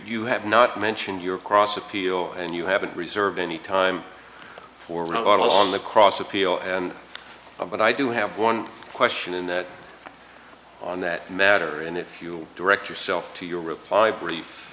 you have not mentioned your cross appeal and you haven't reserved any time for on the cross appeal and i'm but i do have one question in that on that matter and if you direct your self to your reply brief